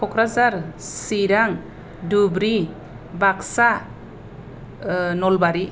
Kokrajhar Chirang Dhubri Baksa Nalbari